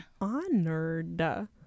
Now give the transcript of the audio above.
Honored